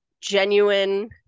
genuine